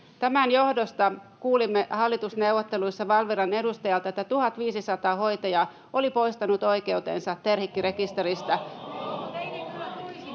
Tämän johdosta kuulimme hallitusneuvotteluissa Valviran edustajalta, että 1 500 hoitajaa oli poistanut oikeutensa Terhikki-rekisteristä.